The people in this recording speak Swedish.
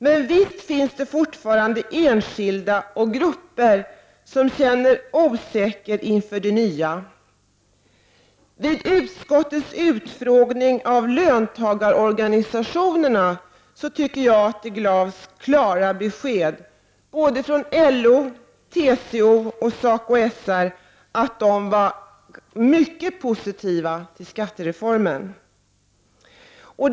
Men visst finns det fortfarande enskilda och grupper som känner osäkerhet inför det nya. Vid utskottets utfrågning av löntagarorganisationerna gavs klara besked från LO, TCO och SACO att de var mycket positiva till skattereformen. Herr talman!